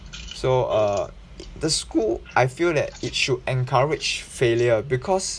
so err the school I feel that it should encourage failure because